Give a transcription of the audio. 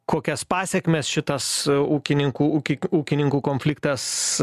kokias pasekmes šitas ūkininkų ūki ūkininkų konfliktas